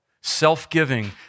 Self-giving